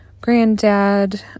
granddad